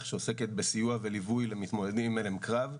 שעוסקת בסיוע וליווי למתמודדים עם הלם קרב.